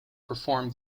perform